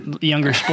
younger